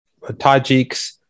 Tajiks